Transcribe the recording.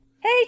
Hey